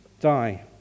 die